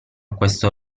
questo